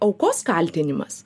aukos kaltinimas